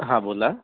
हां बोला